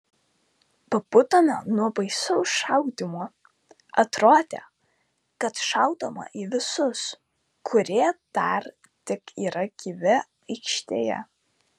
pabudome nuo baisaus šaudymo atrodė kad šaudoma į visus kurie dar tik yra gyvi aikštėje